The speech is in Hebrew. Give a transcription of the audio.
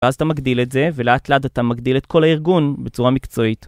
ואז אתה מגדיל את זה, ולאט לאט אתה מגדיל את כל הארגון בצורה מקצועית.